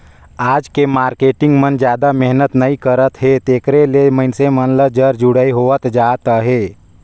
आज के मारकेटिंग मन जादा मेहनत नइ करत हे तेकरे ले मइनसे मन ल जर जुड़ई होवत जात अहे